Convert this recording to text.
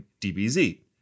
DBZ